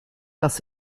das